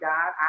God